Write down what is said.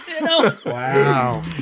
Wow